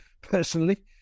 personally